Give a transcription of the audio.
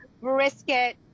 brisket